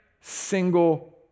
single